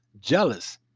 jealous